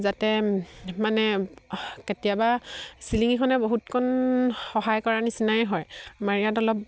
যাতে মানে কেতিয়াবা চিলিঙিখনে বহুতকণ সহায় কৰা নিচিনাই হয় আমাৰ ইয়াত অলপ